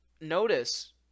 notice